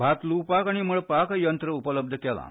भात ल्वपाक आनी मळपाक यंत्र उपलब्ध केलां